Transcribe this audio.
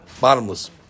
Bottomless